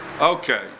Okay